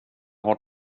har